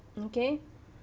okay